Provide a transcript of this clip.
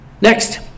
Next